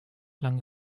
lange